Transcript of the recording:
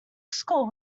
score